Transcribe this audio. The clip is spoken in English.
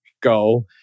go